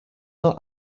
not